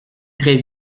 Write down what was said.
très